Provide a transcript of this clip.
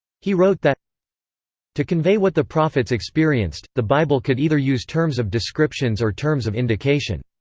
he wrote that to convey what the prophets experienced, the bible could either use terms of descriptions or terms of indication.